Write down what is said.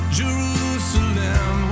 jerusalem